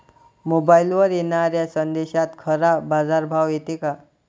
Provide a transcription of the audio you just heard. मोबाईलवर येनाऱ्या संदेशात खरा बाजारभाव येते का?